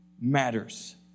matters